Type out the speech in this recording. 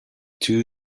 two